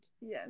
Yes